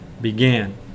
began